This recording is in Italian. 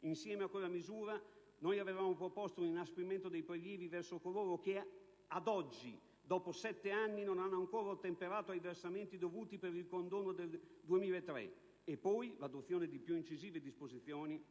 Insieme a quella misura avevamo proposto l'inasprimento dei prelievi nei confronti di coloro che, ad oggi, dopo sette anni, non hanno finora ottemperato ai versamenti dovuti per il condono del 2003, e poi l'adozione di più incisive disposizioni